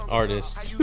artists